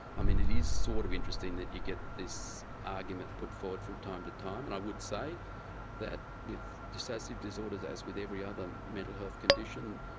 i mean it is sort of interesting that you get this argument put forward from time to time and i would say that with dissociative disorders, as with every other mental health condition,